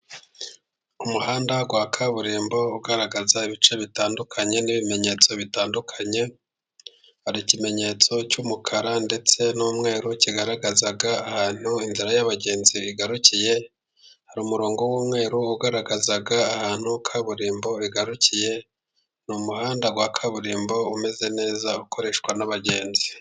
Umuhanda wa kaburimbo ugaragaza ibice bitandukanye, n'ibimenyetso bitandukanye, hari ikimenyetso cy'umukara ndetse n'umweru kigaragaza ahantu inzira y'abagenzi igarukiye ,hari umurongo w'umweru ugaragaza ahantu kaburimbo igarukiye ,ni umuhanda wa kaburimbo umeze neza ukoreshwa n'abagenzi.